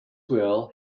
will